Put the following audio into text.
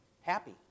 happy